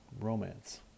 romance